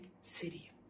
city